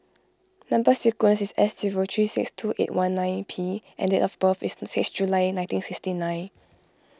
Number Sequence is S zero three six two eight one nine P and date of birth is six July nineteen sixty nine